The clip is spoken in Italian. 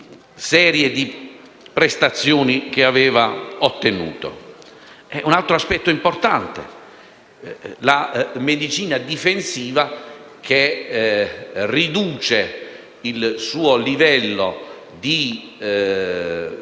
Un altro aspetto importante è che la medicina difensiva riduce il suo livello di virulenza